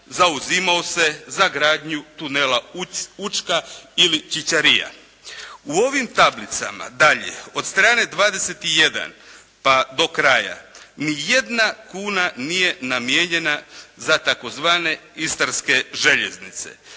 zauzimao se za gradnju tunela Učka ili Ćićarija. U ovim tablicama dalje od strane 21. pa do kraja ni jedna kuna nije namijenjena za tzv. istarske željeznice.